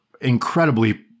incredibly